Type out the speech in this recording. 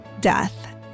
death